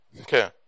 Okay